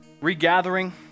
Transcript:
regathering